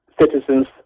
citizens